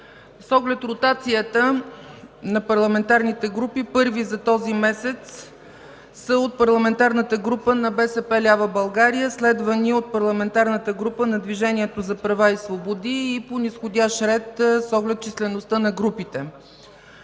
С оглед ротацията на парламентарните групи първи за този месец са от Парламентарната група на БСП лява България, следвани от Парламентарната група на Движението за права и свободи и по низходящ ред, с оглед числеността на групите.